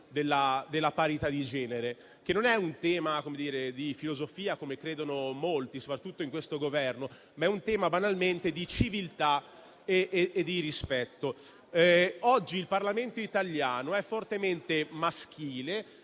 della parità di genere, che non è di filosofia, per così dire - come credono molti, soprattutto in questo Governo - ma è banalmente di civiltà e di rispetto. Oggi il Parlamento italiano è fortemente maschile,